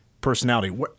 personality